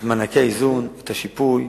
את מענקי האיזון, את השיפוי,